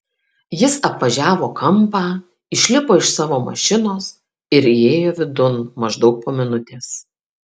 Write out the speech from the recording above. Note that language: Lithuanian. jis apvažiavo kampą išlipo iš savo mašinos ir įėjo vidun maždaug po minutės